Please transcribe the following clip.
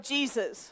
Jesus